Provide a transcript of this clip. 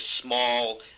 small